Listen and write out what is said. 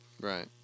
Right